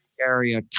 area